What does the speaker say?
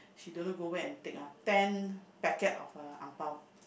she don't know go where and take ah ten packet of uh ang-bao